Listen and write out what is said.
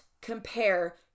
compare